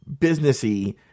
businessy